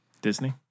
Disney